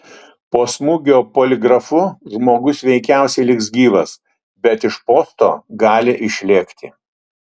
po smūgio poligrafu žmogus veikiausiai liks gyvas bet iš posto gali išlėkti